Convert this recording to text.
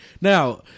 Now